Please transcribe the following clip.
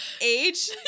age